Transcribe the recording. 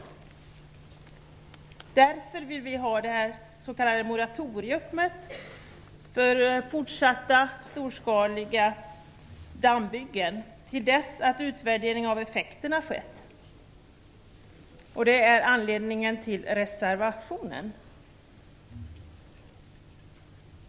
Vi vill därför få ett moratorium för fortsatta storskaliga dammbyggen till dess att utvärdering av effekterna skett. Det är anledningen till reservationen.